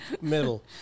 middle